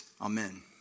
Amen